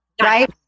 Right